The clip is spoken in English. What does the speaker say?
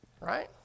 Right